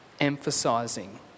emphasizing